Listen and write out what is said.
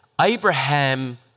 Abraham